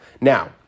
Now